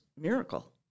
miracle